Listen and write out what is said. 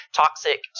toxic